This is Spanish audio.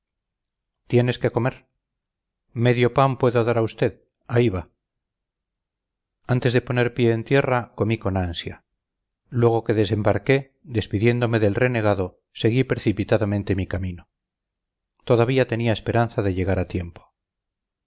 tienes qué comer medio pan puedo dar a usted ahí va antes de poner pie en tierra comí con ansia luego que desembarqué despidiéndome del renegado seguí precipitadamente mi camino todavía tenía esperanza de llegar a tiempo